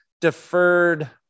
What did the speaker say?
deferred